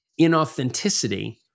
inauthenticity